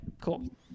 cool